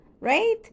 right